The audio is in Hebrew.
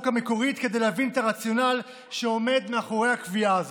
המקורית כדי להבין את הרציונל העומד מאחורי הקביעה הזו.